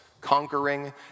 conquering